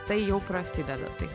tai jau prasideda tai